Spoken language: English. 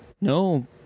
No